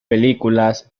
películas